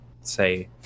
say